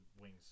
wings